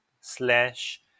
slash